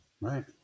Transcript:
right